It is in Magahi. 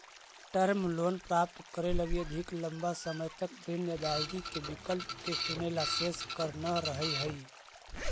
टर्म लोन प्राप्त करे लगी अधिक लंबा समय तक ऋण अदायगी के विकल्प के चुनेला शेष कर न रहऽ हई